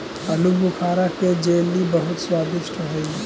आलूबुखारा के जेली बहुत स्वादिष्ट हई